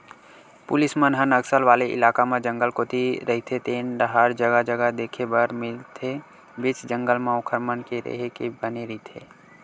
police मन ह नक्सल वाले इलाका म जंगल कोती रहिते तेन डाहर जगा जगा देखे बर मिलथे बीच जंगल म ओखर मन के रेहे के बने रहिथे